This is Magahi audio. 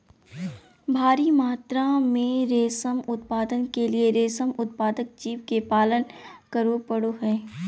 भारी मात्रा में रेशम उत्पादन के लिए रेशम उत्पादक जीव के पालन करे पड़ो हइ